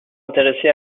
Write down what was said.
intéressé